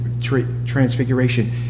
Transfiguration